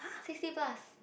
sixty plus